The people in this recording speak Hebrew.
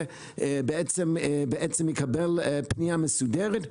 הדבר הזה, אסור לעבור לסדר היום.